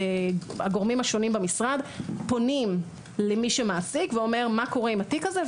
הגורמים השונים במשרד פונים למי שמעסיק ושואלים מה קורה עם התיק הזה,